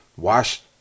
wash